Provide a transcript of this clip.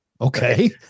Okay